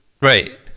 Right